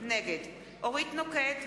נגד אורית נוקד,